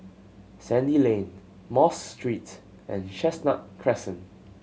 Sandy Lane Mosque Street and Chestnut Crescent